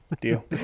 deal